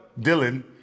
Dylan